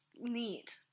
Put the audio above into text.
neat